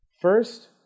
First